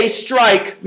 strike